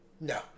No